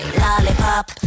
lollipop